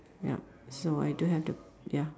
yup sure I don't have the ya